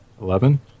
Eleven